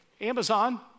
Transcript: Amazon